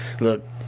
Look